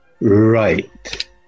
Right